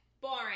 boring